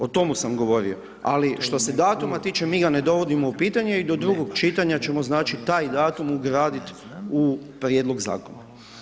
O tomu sam govorio, ali što se datuma tiče, mi ga ne dovodimo u pitanje, i do drugog čitanja ćemo znači taj datum ugradit u Prijedlog Zakona.